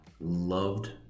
loved